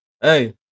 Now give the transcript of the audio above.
Hey